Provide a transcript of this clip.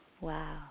Wow